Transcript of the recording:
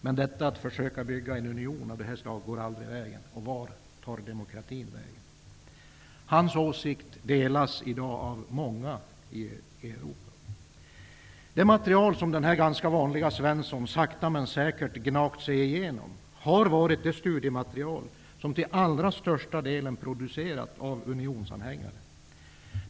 Men detta med att försöka bygga en union av detta slag går aldrig. Och vart tar demokratin vägen? Hans åsikt delas i dag av många i Europa. Det material som den här ganska vanlige Svensson sakta men säkert gnagt sig igenom har varit det studiematerial som till allra största delen producerats av unionsanhängare.